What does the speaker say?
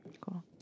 Cool